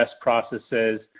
processes